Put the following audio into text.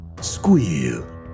squeal